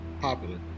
popular